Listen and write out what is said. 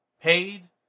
paid